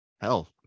Hell